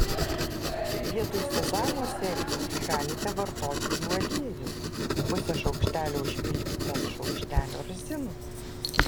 vietoj sezamo sėklų galite vartoti jų aliejų pusę šaukštelio užpilkite ant šaukštelio razinų